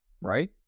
right